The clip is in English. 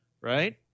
right